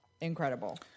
Incredible